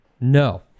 no